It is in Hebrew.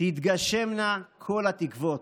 תתגשמנה כל התקוות.